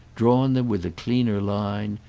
drawn them with a cleaner line.